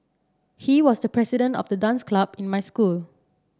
he was the president of the dance club in my school